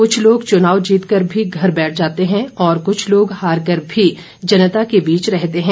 कुछ लोग चुनाव जीतकर भी घर बैठ जाते हैं और कुछ लोग हारकर भी जनता के बीच ही रहते हैं